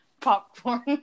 popcorn